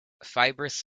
fibrous